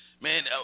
man